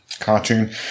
Cartoon